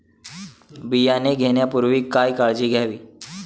बियाणे घेण्यापूर्वी काय काळजी घ्यावी?